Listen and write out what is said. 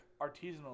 artisanal